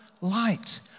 light